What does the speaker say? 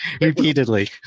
repeatedly